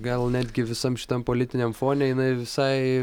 gal netgi visam šitam politiniam fone jinai visai